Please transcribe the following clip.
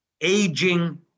aging